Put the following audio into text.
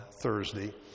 Thursday